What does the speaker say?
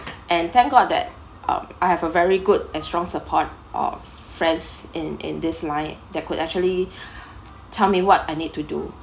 and thank god that um I have a very good and strong support of friends in in this line that could actually tell me what I need to do